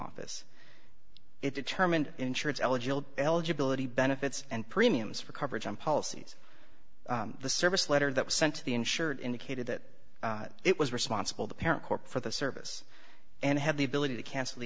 office it determined insurance eligible eligibility benefits and premiums for coverage on policies the service letter that was sent to the insured indicated that it was responsible the parent corp for the service and had the ability to cancel the